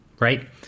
Right